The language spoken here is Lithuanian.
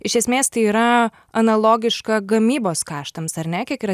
iš esmės tai yra analogiška gamybos kaštams ar ne kiek yra